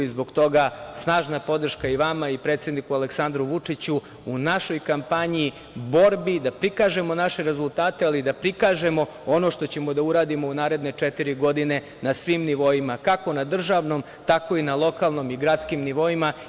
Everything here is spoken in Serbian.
Zbog toga snažna podrška i vama i predsedniku Aleksandru Vučiću u našoj kampanji, borbi da prikažemo naše rezultate, ali i da prikažemo ono što ćemo da uradimo u naredne četiri godine na svim nivoima, kako na državnom tako i na lokalnim i gradskim nivoima.